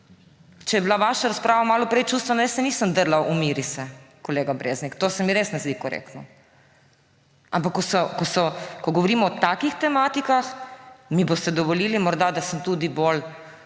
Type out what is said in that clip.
Če je bila vaša razprava malo prej čustvena, se jaz nisem drla, umiri se, kolega Breznik. To se mi res ne zdi korektno. Ampak ko govorimo o takih tematikah, mi boste dovolile morda, da sem tudi bolj